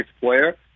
player